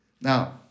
Now